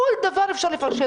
כל דבר אפשר לפרש,